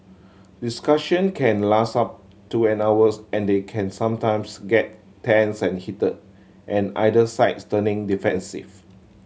discussion can last up to an hours and they can sometimes get tense and heated and either sides turning defensive